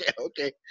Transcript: okay